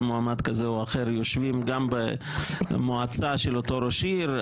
מועמד כזה או אחר יושבים גם במועצה של אותו ראש עיר,